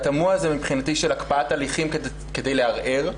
התמוה הזה מבחינתי של הקפאת הליכים כדי לערער.